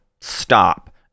stop